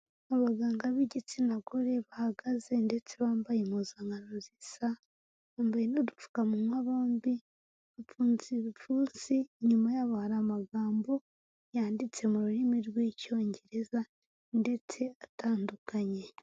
Abaganga b'igitsina gore bahagaze ndetse bambaye impuzankano zisa, bambaye n'udupfukamunwa bombi, bafunze ibipfunsi inyuma yabo hari amagambo yanditse mu rurimi rw'Icyongereza ndetse atandukanye.